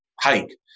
hike